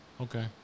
Okay